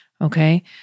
okay